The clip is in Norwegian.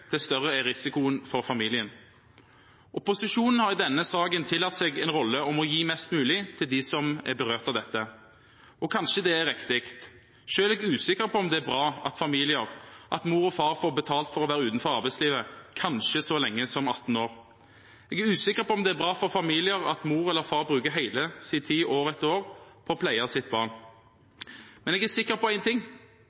dess større er risikoen for familien. Opposisjonen har i denne saken påtatt seg en rolle som dreier seg om å gi mest mulig til dem som er berørt av dette, og kanskje det er riktig. Selv er jeg usikker på om det er bra at mor og far får betalt for å være utenfor arbeidslivet, kanskje så lenge som i 18 år. Jeg er usikker på om det er bra for familien at mor eller far bruker all sin tid, år etter år, på å pleie sitt barn.